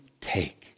take